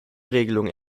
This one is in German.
regelung